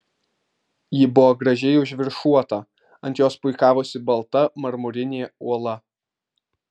ji buvo gražiai užviršuota ant jos puikavosi balta marmurinė uola